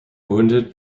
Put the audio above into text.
wounded